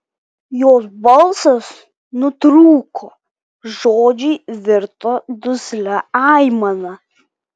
jos balsas nutrūko žodžiai virto duslia aimana